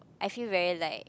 I feel very like